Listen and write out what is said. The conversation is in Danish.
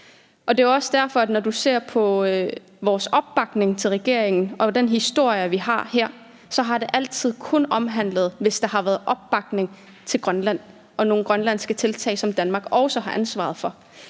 Det er jo også derfor, at når du ser på vores opbakning til regeringen og den historie, vi har her, så har det altid kun været, hvis der har været opbakning til Grønland og nogle grønlandske tiltag, som Danmark også har ansvaret for.